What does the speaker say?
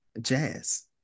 Jazz